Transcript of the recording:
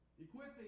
Equipping